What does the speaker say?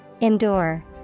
Endure